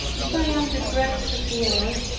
if i am the dregs of the earth,